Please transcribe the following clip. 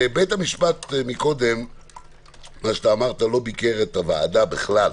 בית המשפט לא ביקר את הוועדה בכלל.